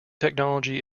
technology